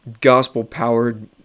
gospel-powered